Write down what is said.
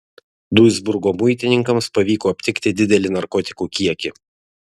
duisburgo muitininkams pavyko aptikti didelį narkotikų kiekį